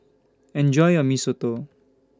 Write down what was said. Enjoy your Mee Soto